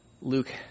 luke